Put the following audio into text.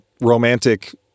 romantic